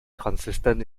consistent